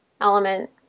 element